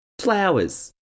flowers